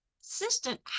assistant